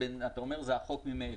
אתה אומר, זה החוק ממילא.